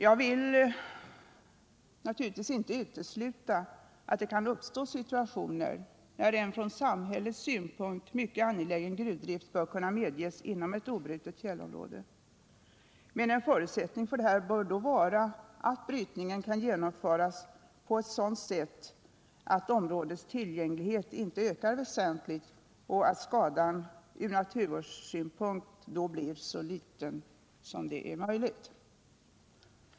Jag vill naturligtvis inte utesluta att det kan uppstå situationer när en från samhällets synpunkt mycket angelägen gruvdrift bör kunna medges inom ett obrutet fjällområde. En förutsättning för detta bör vara att brytningen kan genomföras på ett sådant sätt att områdets tillgänglighet inte ökar väsentligt och att skadan från naturvårdssynpunkt blir så liten som möjligt.